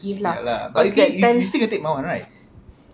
ya lah but you you still can take my one right